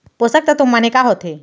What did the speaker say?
पोसक तत्व माने का होथे?